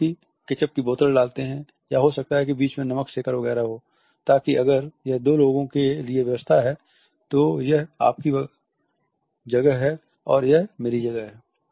वे छोटी केचप की बोतलें डालते हैं या हो सकता है कि बीच में नमक शेकर वगैरह हो ताकि अगर यह दो लोगों के लिए व्यवस्था है तो यह आपकी जगह है और यह मेरी जगह है